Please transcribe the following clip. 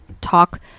talk